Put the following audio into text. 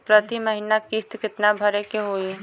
प्रति महीना किस्त कितना भरे के होई?